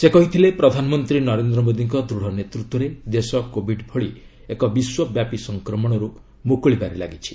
ସେ କହିଥିଲେ ପ୍ରଧାନମନ୍ତ୍ରୀ ନରେନ୍ଦ୍ର ମୋଦୀଙ୍କ ଦୃଢ଼ ନେତୃତ୍ୱରେ ଦେଶ କୋବିଡ ଭଳି ଏକ ବିଶ୍ୱପ୍ୟାପୀ ସଂକ୍ରମଣରୁ ମୁକୁଳିବାରେ ଲାଗିଛି